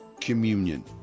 communion